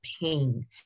pain